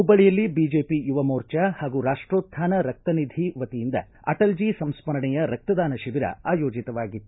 ಹುಬ್ಬಳ್ಳಯಲ್ಲಿ BJP Yuva Morcha ಹಾಗೂ ರಾಷ್ಟೋತ್ಮಾನ ರಕ್ತ ನಿಧಿ ವತಿಯಿಂದ ಅಟಲ್ಜೀ ಸಂಸ್ಕರಣೆಯ ರಕ್ತ ದಾನ ಶಿಬಿರ ಆಯೋಜಿತವಾಗಿತ್ತು